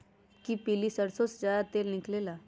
कि पीली सरसों से ज्यादा तेल निकले ला?